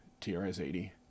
TRS-80